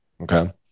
Okay